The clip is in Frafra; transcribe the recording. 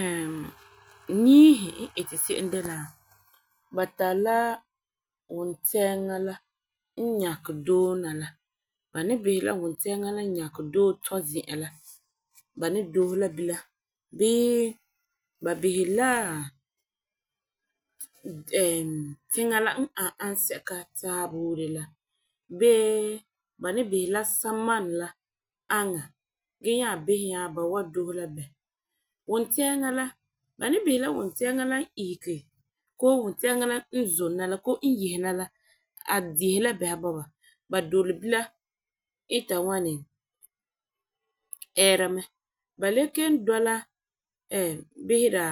niisi n iti se'em de la, ba tari la wuntɛɛŋa la n nyakɛ dɔɔ na la ba ni behɛ la wuntɛɛŋa la n nyɛ dɔɔ tɔ zi'an la ba ni doose la bilam bee ba beheri la tiŋa la tiŋa la n ani ansɛka taaba buuri bee ba ni behe la samanɛ la aŋa gee nyaa bisɛ nyaa ba wan doose la bɛ. Wuntɛɛŋa la, ba ni bisɛ la wuntɛɛŋa la n isege koo wuntɛɛŋa la zona la koo e yehena la a zon la beha bɔba dɔla bilam ita ŋwani ɛɛra mɛ. Ba le kelum bisera